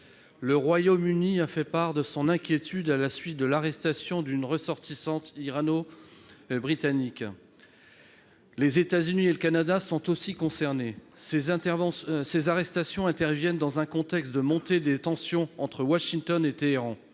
Le Royaume-Uni a fait part de son inquiétude à la suite de l'arrestation d'une ressortissante irano-britannique. Les États-Unis et le Canada sont aussi concernés. Ces arrestations interviennent dans un contexte de montée des tensions entre Washington et Téhéran.